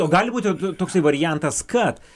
o gali būti toksai variantas kad